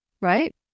right